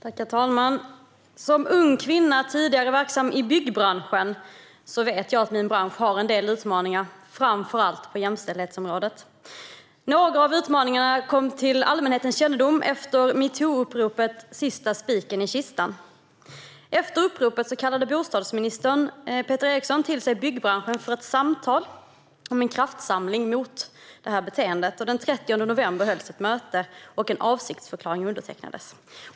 Herr talman! Som ung kvinna tidigare verksam i byggbranschen vet jag att min bransch har en del utmaningar, framför allt på jämställdhetsområdet. Några av utmaningarna kom till allmänhetens kännedom efter metoo-uppropet Sista spiken i kistan. Efter uppropet kallade bostadsministern Peter Eriksson till sig byggbranschen för ett samtal om en kraftsamling mot detta beteende. Den 30 november hölls ett möte, och en avsiktsförklaring undertecknades.